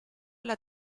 alla